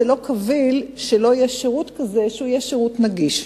זה לא קביל שלא יהיה שירות כזה שיהיה שירות נגיש.